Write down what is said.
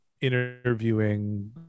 interviewing